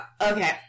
Okay